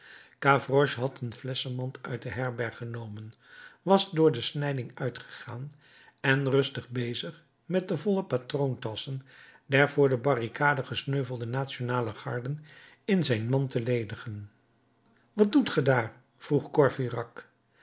gavroche had een flesschenmand uit de herberg genomen was door de snijding uitgegaan en rustig bezig met de volle patroontasschen der voor de barricade gesneuvelde nationale garden in zijn mand te ledigen wat doet ge daar vroeg